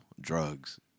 drugs